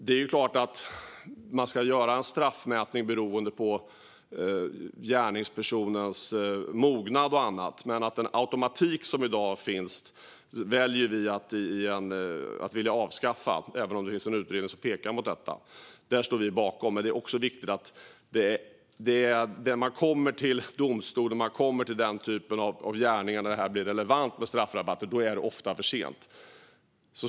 Det är klart att man ska göra en straffmätning beroende på gärningspersonens mognad och annat. Men den automatik som i dag finns vill vi avskaffa, även om det finns en utredning som pekar mot detta. Detta står vi bakom. När man kommer till denna typ av gärningar i domstol och när det blir relevant med straffrabatter är det ofta för sent.